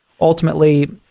ultimately